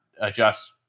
adjust